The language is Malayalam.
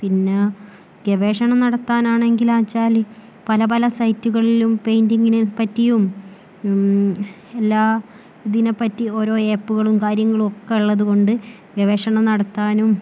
പിന്നെ ഗവേഷണം നടത്താൻ ആണെങ്കിലാച്ചാൽ പല പല സൈറ്റുകളിലും പെയിന്റിങ്ങിന് പറ്റിയും എല്ലാ ഇതിനെപ്പറ്റിയും ഓരോ ആപ്പുകളും കാര്യങ്ങളും ഒക്കെ ഉള്ളതുകൊണ്ട് ഗവേഷണം നടത്താനും